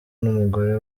n’umugore